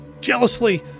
jealously